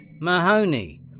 Mahoney